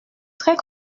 très